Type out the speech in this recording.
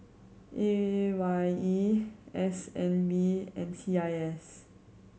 A Y E S N B and C I S